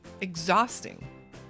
exhausting